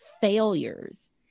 failures